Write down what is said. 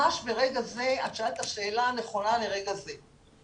את שאלת את השאלה הנכונה לרגע זה.